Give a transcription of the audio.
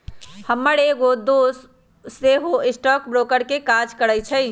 हमर एगो दोस सेहो स्टॉक ब्रोकर के काज करइ छइ